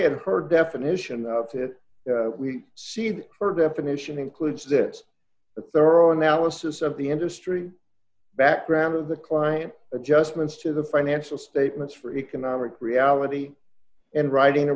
at her definition of it we cede her definition includes that a thorough analysis of the industry background of the client adjustments to the financial statements for economic reality and writing a